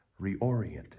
reoriented